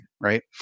right